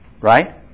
Right